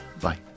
Bye